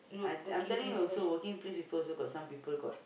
I I'm telling you also working place people also got some people got